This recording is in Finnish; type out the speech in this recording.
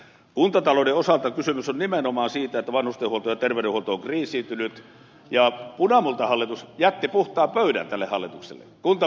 kuntatalouden osalta kysymys on nimenomaan siitä että vanhustenhuolto ja terveydenhuolto on kriisiytynyt ja punamultahallitus jätti puhtaan pöydän tälle hallitukselle